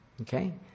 Okay